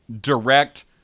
direct